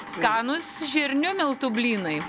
skanūs žirnių miltų blynai